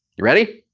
ready?